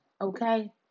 Okay